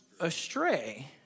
astray